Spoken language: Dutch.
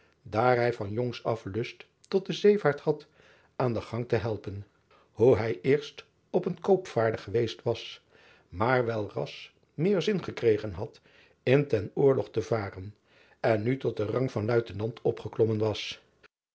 hij van jongs af lust tot de zeevaart had aan den gang te helpen hoe hij eerst op een koopvaarder geweest was maar welras meer zin gekregen had in ten oorlog te varen en nu tot den rang van uitenant opgeklommen was